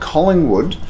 Collingwood